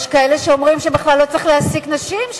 יש כאלה שאומרים שבכלל לא צריך להעסיק נשים,